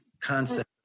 concept